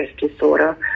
disorder